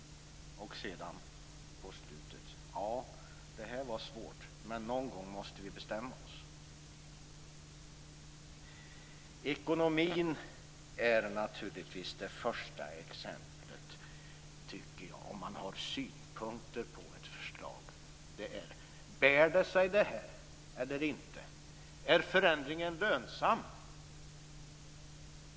Och på slutet: Ja, det här var svårt, men någon gång måste vi bestämma oss. Ekonomin tycker jag är det första exemplet om man har synpunkter på ett förslag: Bär det här sig eller inte? Är förändringen lönsam?